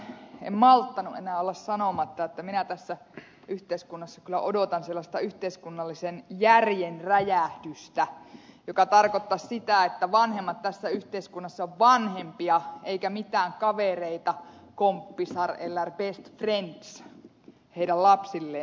en malttanut enää olla sanomatta että minä tässä yhteiskunnassa kyllä odotan sellaista yhteiskunnallisen järjen räjähdystä joka tarkoittaisi sitä että vanhemmat tässä yhteiskunnassa ovat vanhempia eivätkä mitään kavereita kompisar eller best friends lapsilleen